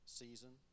season